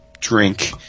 drink